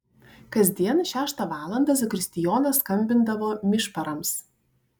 kasdien šeštą valandą zakristijonas skambindavo mišparams